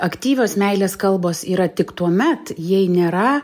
aktyvios meilės kalbos yra tik tuomet jei nėra